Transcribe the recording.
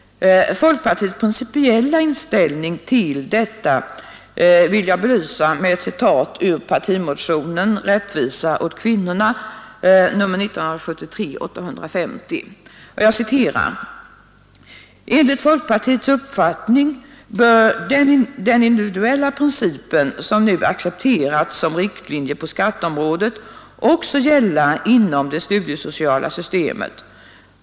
Folkpartiets principiella inställning till detta vill jag belysa med ett citat ur partimotionen ”Rättvisa åt kvinnorna” nr 1973:850: ”Enligt folkpartiets uppfattning bör den individuella principen, som nu accepterats som riktlinje på skatteområdet, också gälla inom det studiesociala systemet.